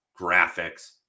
graphics